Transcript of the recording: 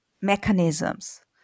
mechanisms